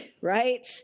right